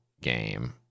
game